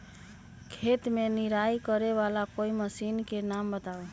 खेत मे निराई करे वाला कोई मशीन के नाम बताऊ?